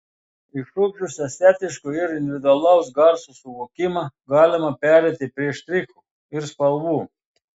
išugdžius estetiško ir individualaus garso suvokimą galima pereiti prie štrichų ir spalvų